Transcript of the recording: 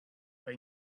they